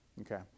Okay